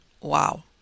wow